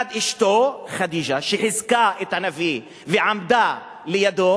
1. אשתו חדיג'ה, שחיזקה את הנביא ועמדה לידו